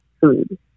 food